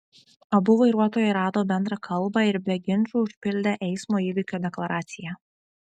abu vairuotojai rado bendrą kalbą ir be ginčų užpildė eismo įvykio deklaraciją